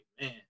man